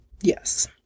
Yes